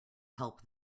help